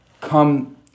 come